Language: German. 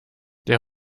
der